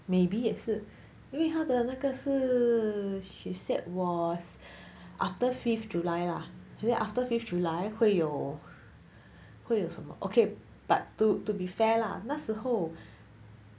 maybe 也是因为他的那个是 she set was after fifth july ah 很像 after fifth july 会有会有什么 okay but to be fair lah 那时候